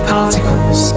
particles